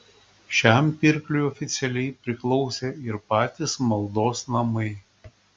šiam pirkliui oficialiai priklausė ir patys maldos namai